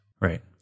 Right